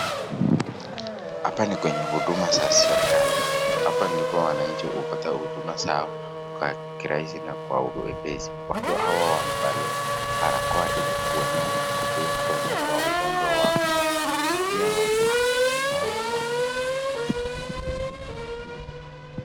Hapa ni kwenye huduma za serikali. Hapa ndipo wananchi hupata huduma zao kwa kirahisi na kwa wepesi. Watu hawa wamevaa barakoa ili kuzuia kuenea kwa ugonjwa wa Corona. Pia watu hawa wako na kitambulisho ili kusaidiana.